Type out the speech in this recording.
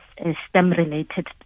STEM-related